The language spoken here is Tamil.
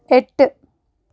எட்டு